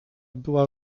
była